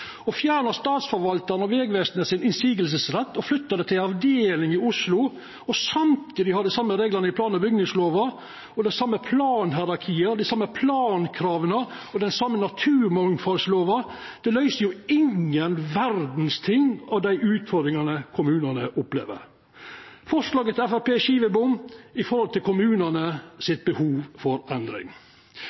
Å fjerna motsegnsretten til Statsforvaltaren og Vegvesenet og flytta han til ei avdeling i Oslo og samtidig ha dei same reglane i plan- og bygningslova og det same planhierarkiet og dei same plankrava og den same naturmangfoldloven løyser jo ingen verdas ting av dei utfordringane kommunane opplever. Forslaget til Framstegspartiet er skivebom i forhold til behovet kommunane har for endring.